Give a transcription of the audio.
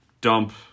dump